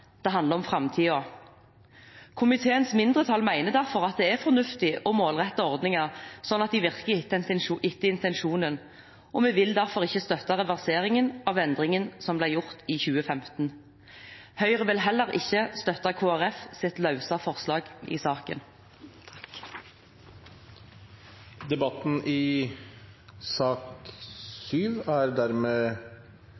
Det handler om framtiden. Komiteens mindretall mener derfor at det er fornuftig å målrette ordninger, sånn at de virker etter intensjonen, og vi vil derfor ikke støtte reverseringen av endringen som ble gjort i 2015. Høyre vil heller ikke støtte Kristelig Folkepartis løse forslag i saken. Flere har ikke bedt om ordet til sak